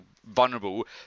vulnerable